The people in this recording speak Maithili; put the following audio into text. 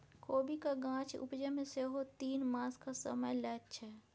कोबीक गाछ उपजै मे सेहो तीन मासक समय लैत छै